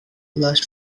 last